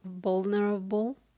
vulnerable